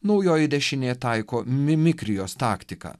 naujoji dešinė taiko mimikrijos taktiką